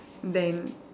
then